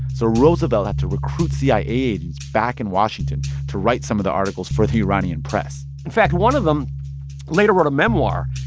so roosevelt had to recruit cia agents back in washington to write some of the articles for the iranian press in fact, one of them later wrote a memoir.